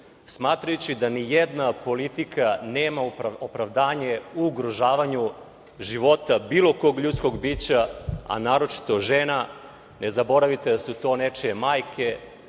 smatrajući da nijedna politika nema opravdanje u ugrožavanju života bilo kog ljudskog bića, a naročito žena. Ne zaboravite da su to nečije majke,